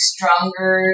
Stronger